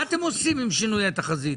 מה אתם עושים עם שינוי התחזית?